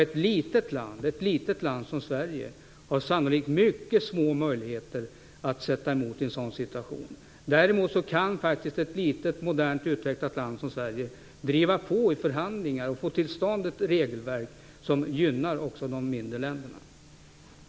Ett litet land som Sverige har sannolikt mycket små möjligheter att sätta emot i en sådan situation. Däremot kan faktiskt ett litet, modernt utvecklat land som Sverige driva på i förhandlingar och få till stånd ett regelverk som gynnar också de mindre länderna.